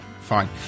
fine